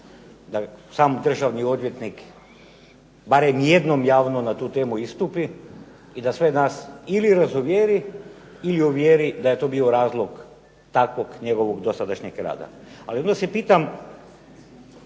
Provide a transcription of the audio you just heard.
da sam državni odvjetnik barem jednom javno na tu temu istupi i da sve nas ili razuvjeri ili uvjeri da je to bio razlog takvog njegovog dosadašnjeg rada. Ali onda se pitam